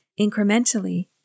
incrementally